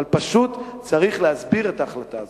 פשוט צריך להסביר את ההחלטה הזאת.